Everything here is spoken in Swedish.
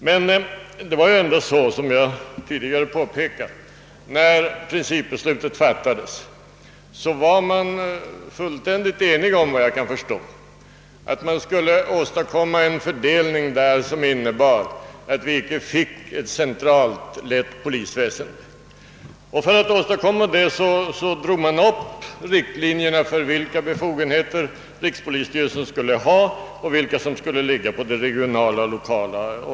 När principbeslutet fattades var man ändå, såvitt jag förstår och som jag tidigare påpekat, fullständigt enig om att åstadkomma en fördelning som innebar att vi icke fick ett centralt lett polisväsen. För att åstadkomma detta drog man upp riktlinjerna för vilka befogenheter rikspolisstyrelsen skulle ha och vilka befogenheter som skulle tillkomma det regionala organet.